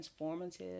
transformative